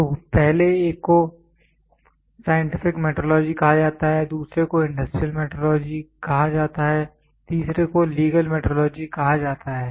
तो पहले एक को साइंटिफिक मेट्रोलॉजी कहा जाता है दूसरे को इंडस्ट्रियल मेट्रोलॉजी कहा जाता है तीसरे को लीगल मेट्रोलॉजी कहा जाता है